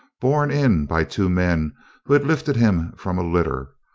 borne in by two men who had lifted him from a litter,